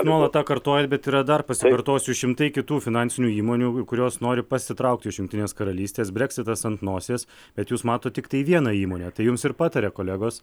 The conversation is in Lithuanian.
nuolat tą kartojat bet yra dar pasikartosiu šimtai kitų finansinių įmonių kurios nori pasitraukti iš jungtinės karalystės breksitas ant nosies bet jūs matot tiktai vieną įmonę tai jums ir pataria kolegos